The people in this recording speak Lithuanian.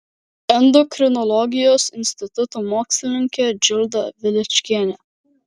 endokrinologijos instituto mokslininkė džilda veličkienė